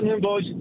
boys